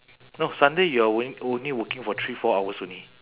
no sunday you are only only working for three four hours only